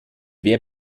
wer